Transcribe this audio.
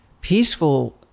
peaceful